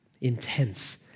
intense